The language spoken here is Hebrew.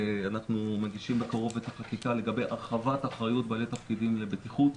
מגישים בקרוב את החקיקה לגבי הרחבת אחריות בעלי תפקידים לבטיחות.